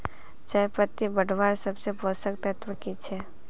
चयपत्ति बढ़वार सबसे पोषक तत्व की छे?